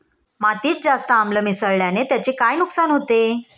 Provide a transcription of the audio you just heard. मातीत जास्त आम्ल मिसळण्याने त्याचे काय नुकसान होते?